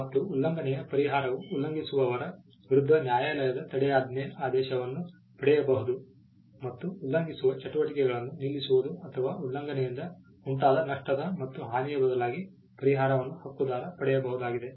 ಮತ್ತು ಉಲ್ಲಂಘನೆಯ ಪರಿಹಾರವು ಉಲ್ಲಂಘಿಸುವವರ ವಿರುದ್ಧ ನ್ಯಾಯಾಲಯದ ತಡೆಯಾಜ್ಞೆಯ ಆದೇಶವನ್ನು ಪಡೆಯುವುದು ಮತ್ತು ಉಲ್ಲಂಘಿಸುವ ಚಟುವಟಿಕೆಗಳನ್ನು ನಿಲ್ಲಿಸುವುದು ಅಥವಾ ಉಲ್ಲಂಘನೆಯಿಂದ ಉಂಟಾದ ನಷ್ಟದ ಮತ್ತು ಹಾನಿಯ ಬದಲಾಗಿ ಪರಿಹಾರವನ್ನು ಹಕ್ಕುದಾರ ಪಡೆಯಬಹುದಾಗಿದೆ